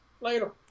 Later